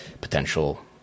potential